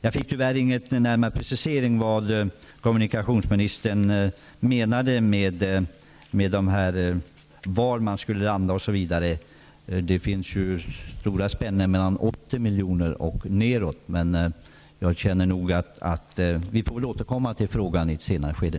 Jag fick tyvärr ingen närmare precisering av vad kommunikationsministern menade om var man skulle hamna. Det kan gälla allt ifrån 80 miljoner och neråt. Vi får återkomma till frågan i ett senare skede.